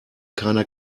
keiner